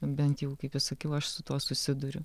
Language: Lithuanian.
bent jau kaip jau sakiau aš su tuo susiduriu